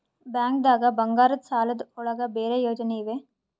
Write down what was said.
ಬ್ಯಾಂಕ್ದಾಗ ಬಂಗಾರದ್ ಸಾಲದ್ ಒಳಗ್ ಬೇರೆ ಯೋಜನೆ ಇವೆ?